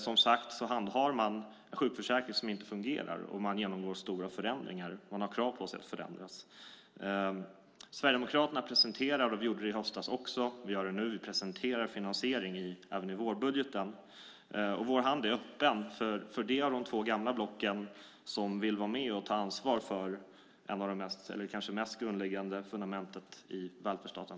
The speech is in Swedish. Som sagt handhar man en sjukförsäkring som inte fungerar, och man genomgår stora förändringar och har krav på sig att förändras. Sverigedemokraterna presenterade i höstas en finansiering och gör det även nu i vårbudgeten. Vår hand är öppen för dem i de två gamla blocken som vill vara med och ta ansvar för det kanske mest grundläggande fundamentet i välfärdsstaten.